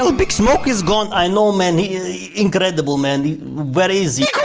ah big smoke is gone. i know many incredible many very easy